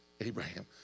Abraham